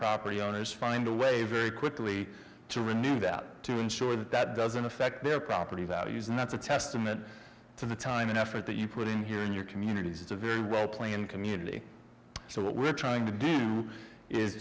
property owners find a way very quickly to renew that to ensure that that doesn't affect their property values and that's a testament to the time and effort that you put in here in your communities it's a very well planned community so what we're trying to do is